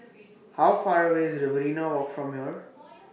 How Far away IS Riverina Walk from here